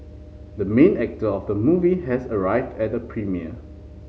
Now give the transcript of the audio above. the main actor of the movie has arrived at the premiere